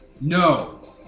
No